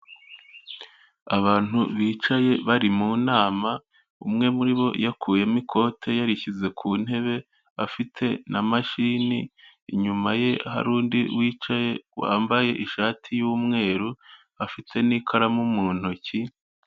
Abantu bicaye bari mu nama umwe muri bo yakuyemo ikote yarishyize ku ntebe afite na mashini, inyuma ye hari undi wicaye wambaye ishati y'umweru afite n'ikaramu mu ntoki.